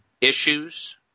issues